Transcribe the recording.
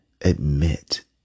admit